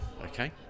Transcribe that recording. okay